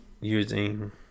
using